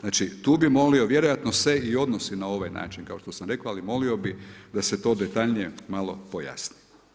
Znači tu bih molio vjerojatno se i odnosi na ovaj način kao što sam rekao, ali molio bih da se to detaljnije malo pojasni.